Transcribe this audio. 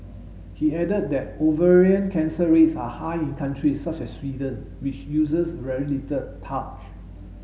he added that ovarian cancer rates are high in countries such as Sweden which uses very little talc